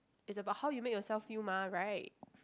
it's about how you make yourself feel mah right